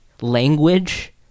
language